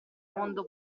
mondo